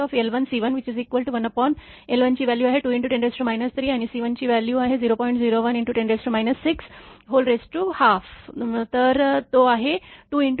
01×10 6 12 तर तो आहे 2